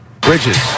Bridges